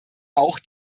auch